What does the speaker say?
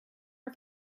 not